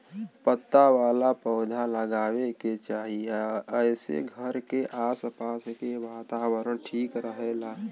पत्ता वाला पौधा लगावे के चाही एसे घर के आस पास के वातावरण ठीक रहेला